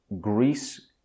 Greece